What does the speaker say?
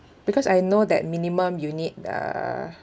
because I know that minimum you need uh